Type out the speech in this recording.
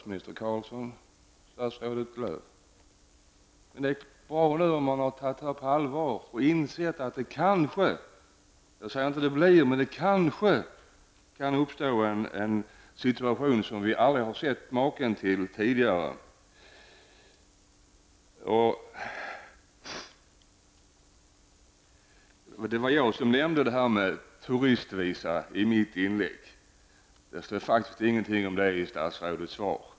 Men det är bra om man nu har tagit det här på allvar och insett att det kanske uppstår en situation som vi aldrig tidigare har sett maken till. Det var jag som nämnde turistvisa i mitt inlägg -- det står faktiskt ingenting om det i statsrådets svar.